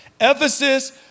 Ephesus